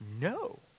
No